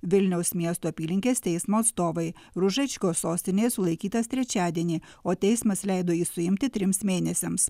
vilniaus miesto apylinkės teismo atstovai ružečko sostinėje sulaikytas trečiadienį o teismas leido jį suimti trims mėnesiams